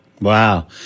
Wow